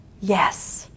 yes